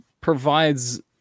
provides